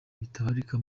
bitabarika